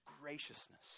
graciousness